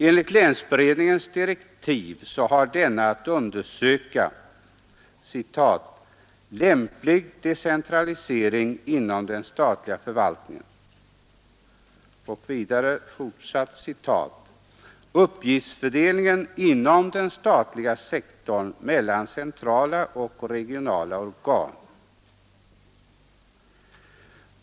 Enligt länsberedningens direktiv har denna att undersöka ”lämplig decentralisering inom den statliga förvaltningen” och vidare ”uppgiftsfördelningen inom den statliga sektorn mellan centrala och regionala organ”.